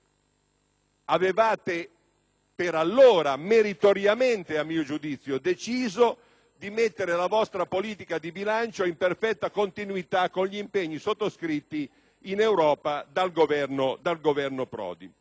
che avevate - allora meritoriamente, a mio giudizio - deciso di mettere la vostra politica di bilancio in perfetta continuità con gli impegni sottoscritti in Europa dal Governo Prodi.